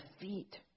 feet